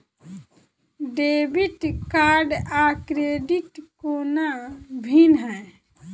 Debit card आ credit कोना भिन्न है?